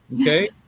Okay